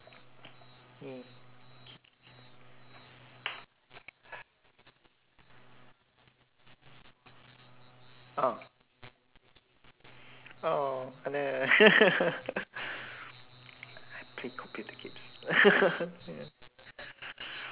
ya K K K oh oh oh no I play computer games ya